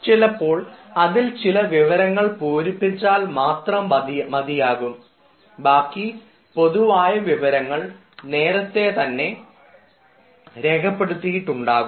ചിലപ്പോൾ അതിൽ ചില വിവരങ്ങൾ പൂരിപ്പിച്ചാൽ മാത്രം മതിയാകും ബാക്കി പൊതുവായ വിവരങ്ങൾ നേരത്തെ തന്നെ രേഖപ്പെടുത്തിയിട്ടുണ്ടാകും